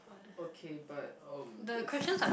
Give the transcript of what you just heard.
okay but um this